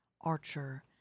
Archer